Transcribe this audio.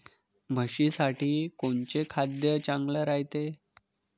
म्हशीसाठी कोनचे खाद्य चांगलं रायते?